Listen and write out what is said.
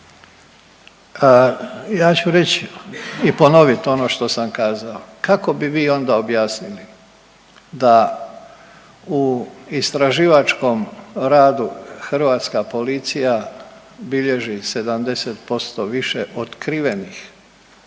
Ja ću reć i ponovit ono što sam kazao, kako bi vi onda objasnili da u istraživačkom radu hrvatska policija bilježi 70% više otkrivenih